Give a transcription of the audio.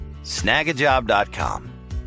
snagajob.com